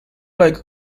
like